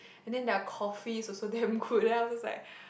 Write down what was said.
and then their coffee's also damn good and I'm just like